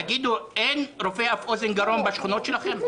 תגידו, אין רופא אף-אוזן-גרון בשכונות שלכם?